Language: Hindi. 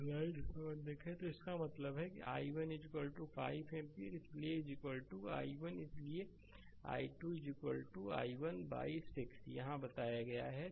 स्लाइड समय देखें 0955 तो इसका मतलब है कि i1 5 एम्पीयर इसलिए i1 इसलिए i2 i1 बाइ 6 यहां बताया गया है